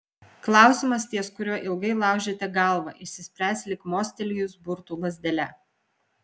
klausimas ties kuriuo ilgai laužėte galvą išsispręs lyg mostelėjus burtų lazdele